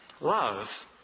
Love